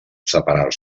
separar